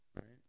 Right